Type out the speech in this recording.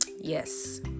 yes